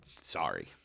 sorry